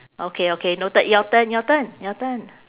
okay okay noted your turn your turn your turn